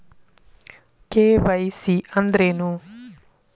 KYC ಅಂದ್ರೇನು?